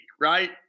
right